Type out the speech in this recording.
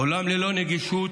עולם ללא נגישות